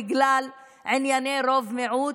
בגלל ענייני רוב-מיעוט,